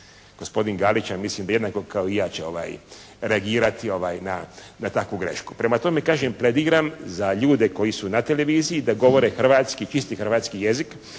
Gospodin Galić ja mislim jednako kao i ja će reagirati na takvu grešku. Prema tome, kažem …/Govornik se ne razumije./… za ljude koji su na televiziji da govore hrvatski, čisti hrvatski jezik